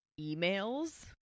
emails